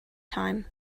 time